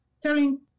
telling